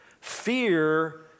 Fear